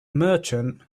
merchant